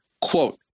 quote